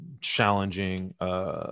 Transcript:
challenging